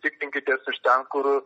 tikrinkitės iš ten kur